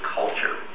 culture